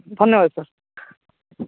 ଧନ୍ୟବାଦ ସାର୍